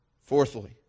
Fourthly